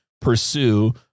pursue